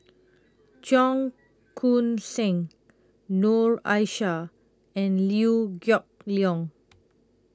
Cheong Koon Seng Noor Aishah and Liew Geok Leong